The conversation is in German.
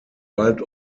wald